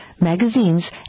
magazines